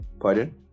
pardon